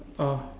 orh